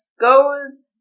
goes